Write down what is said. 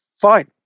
fine